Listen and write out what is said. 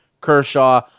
Kershaw